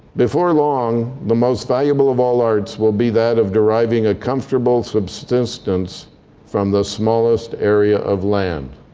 before long, the most valuable of all arts will be that of deriving a comfortable subsistence from the smallest area of land.